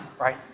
right